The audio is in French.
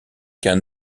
qu’un